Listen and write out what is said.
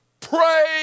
pray